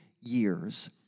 years